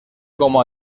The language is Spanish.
como